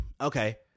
okay